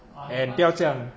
and 不要这样